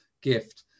gift